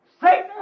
Satan